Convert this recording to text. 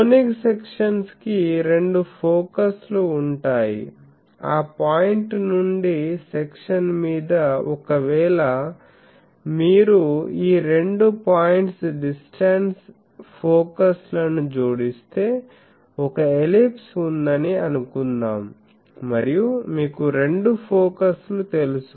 conic sections కి రెండు focus లు ఉంటాయి ఆ పాయింట్ నుండి సెక్షన్ మీద ఒకవేళ మీరు ఈ రెండు పాయింట్స్ డిస్టెన్స్ ఫోకస్ లను జోడిస్తే ఒక ఎలిప్స్ ఉందని అనుకుందాం మరియు మీకు రెండు ఫోకస్ లు తెలుసు